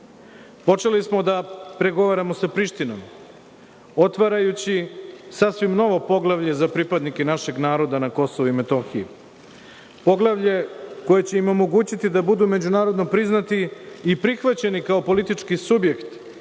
Počeli smo da pregovaramo sa Prištinom, otvarajući sasvim novo poglavlje za pripadnike našeg naroda na Kosovu i Metohiji. Poglavlje koje će im omogućiti da budu međunarodno priznati i prihvaćeni kao politički subjekt